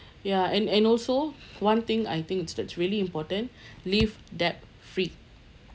ya and and also one thing I think that's really important live debt-free